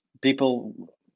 people